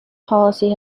policy